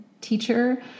teacher